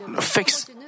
fix